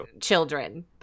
children